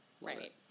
Right